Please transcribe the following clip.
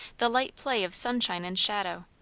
the light play of sunshine and shadow,